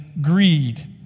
greed